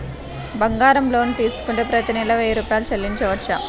బంగారం లోన్ తీసుకుంటే ప్రతి నెల వెయ్యి రూపాయలు చెల్లించవచ్చా?